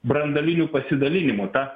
branduolinių pasidalinimų ta